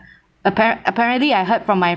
apparent apparently I heard from my